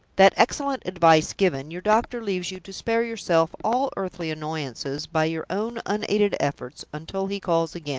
that excellent advice given, your doctor leaves you to spare yourself all earthly annoyances by your own unaided efforts, until he calls again.